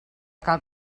cal